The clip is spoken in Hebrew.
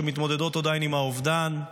שמתמודדות עדיין עם האובדן.